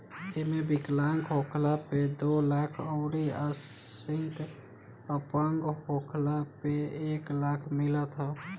एमे विकलांग होखला पे दो लाख अउरी आंशिक अपंग होखला पे एक लाख मिलत ह